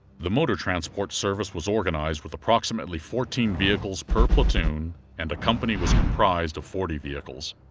the motor transport service was organized with approximately fourteen vehicles per platoon and a company was comprised of forty vehicles.